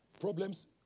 Problems